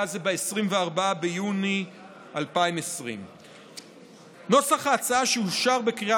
זה היה ב-24 ביוני 2020. נוסח ההצעה שאושר בקריאה